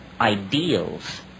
ideals